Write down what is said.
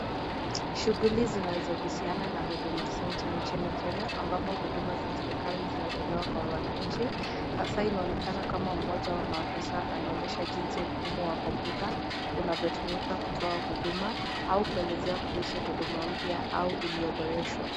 Shughuli zinazohusiana na Huduma Center nchini Kenya ambapo huduma za serikali zinatolewa kwa wananchi hasa inaonekana kuwa mmoja wa maafisa anaonyesha jinsi inavyotumika na kutoa huduma au iliyoboreshwa.